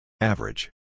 Average